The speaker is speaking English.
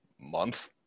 month